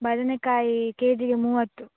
ಬದನೆಕಾಯಿ ಕೆಜಿಗೆ ಮೂವತ್ತು